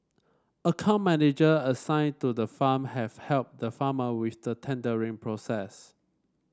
account manager assigned to the farm have helped the farmer with the tendering process